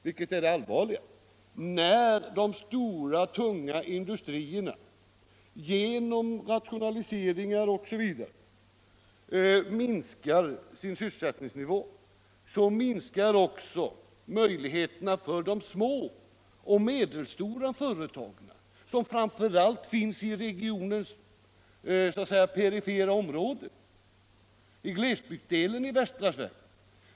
Det allvarliga är att när de stora tunga industrierna genom rationaliseringar osv. minskar sin sysselsättningsnivå, minskar också möjligheterna för de små och medelstora företagen, som framför allt finns i regionens perifera områden, i glesbygdsdelen i västra Sverige.